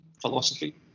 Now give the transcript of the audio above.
philosophy